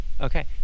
Okay